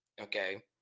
okay